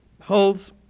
holds